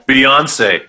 Beyonce